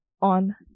on